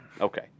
Okay